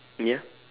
uh ya